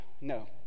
No